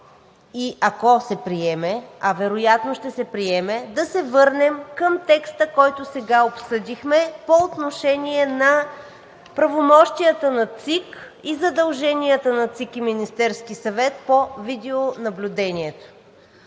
и ако се приеме, а вероятно ще се приеме, да се върнем към текста, който сега обсъдихме по отношение на правомощията на ЦИК, и задълженията на ЦИК и Министерския съвет по видеонаблюдението.